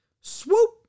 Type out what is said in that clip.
Swoop